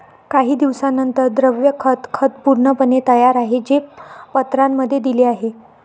काही दिवसांनंतर, द्रव खत खत पूर्णपणे तयार आहे, जे पत्रांमध्ये दिले आहे